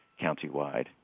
countywide